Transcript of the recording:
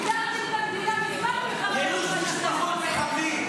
דרדרתם את המדינה בזמן מלחמה ולא אכפת לכם.